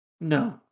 No